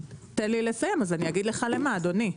תן לי לסיים, אז אני אגיד לך למה, אדוני.